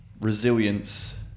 resilience